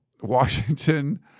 Washington